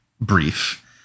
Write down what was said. brief